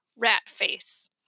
Ratface